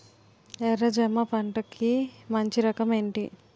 ఎర్ర జమ పంట కి మంచి రకం ఏంటి?